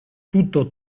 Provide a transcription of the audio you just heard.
tutto